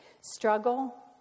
Struggle